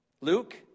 luke